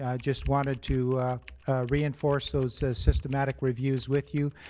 ah just wanted to reenforce those systematic reviews with you.